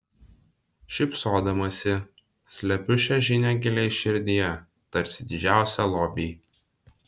šypsodamasi slepiu šią žinią giliai širdyje tarsi didžiausią lobį